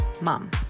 Mom